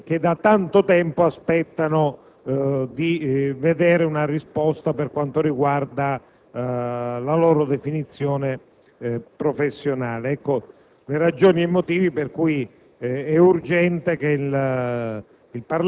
quelle categorie impegnate nelle professioni sanitarie che da tanto tempo aspettano di avere una soluzione per quanto riguarda la loro definizione